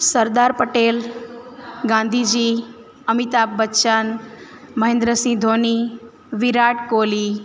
Sardar Patel Gandhiji Amitabh Bachchan Mahendra Singh Dhoni Virat Kohli